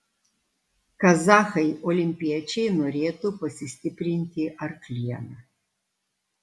kazachai olimpiečiai norėtų pasistiprinti arkliena